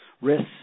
risks